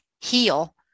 heal